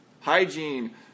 hygiene